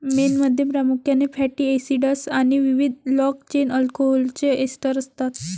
मेणमध्ये प्रामुख्याने fatty acids आणि विविध लाँग चेन अल्कोहोलचे एस्टर असतात